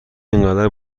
اینقدر